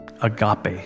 agape